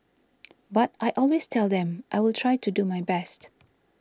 but I always tell them I will try to do my best